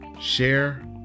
Share